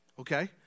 okay